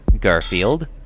Garfield